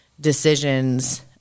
decisions